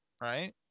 right